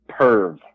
Perv